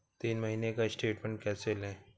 तीन महीने का स्टेटमेंट कैसे लें?